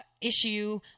issue